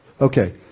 Okay